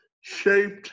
shaped